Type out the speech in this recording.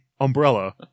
umbrella